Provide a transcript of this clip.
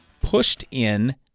pushed-in